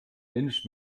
wenig